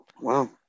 wow